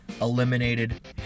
eliminated